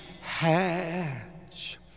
hatch